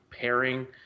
pairing